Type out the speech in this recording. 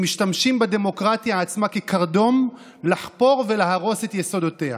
הם משתמשים בדמוקרטיה עצמה כקרדום לחפור ולהרוס את יסודותיה.